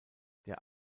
der